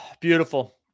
beautiful